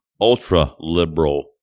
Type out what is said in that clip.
ultra-liberal